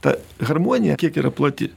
ta harmonija kiek yra plati